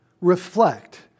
reflect